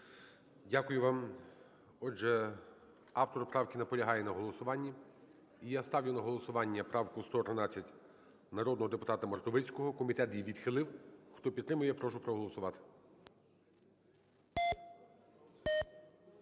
Дякую вам. Отже, автор правки наполягає на голосуванні. І я ставлю на голосування правку 113 народного депутата Мартовицького. Комітет її відхилив. Хто підтримує, прошу проголосувати.